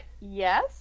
Yes